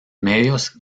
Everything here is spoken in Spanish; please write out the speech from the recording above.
medios